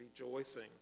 rejoicing